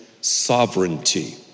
sovereignty